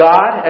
God